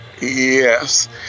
Yes